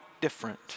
different